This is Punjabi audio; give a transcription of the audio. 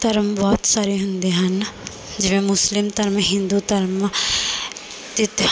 ਧਰਮ ਬਹੁਤ ਸਾਰੇ ਹੁੰਦੇ ਹਨ ਜਿਵੇਂ ਮੁਸਲਿਮ ਧਰਮ ਹਿੰਦੂ ਧਰਮ ਅਤੇ ਤਿਹਾ